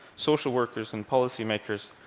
social workers and policy makers,